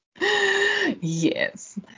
yes